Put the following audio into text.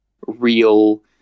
real